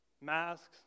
Masks